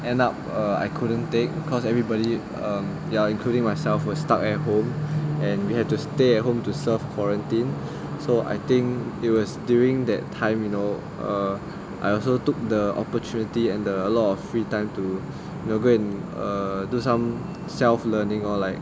end up err I couldn't take because everybody um ya including myself we're stuck at home and we have to stay at home to serve quarantine so I think it was during that time you know err I also took the opportunity and err a lot of free time to go and do some self learning lor like